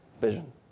vision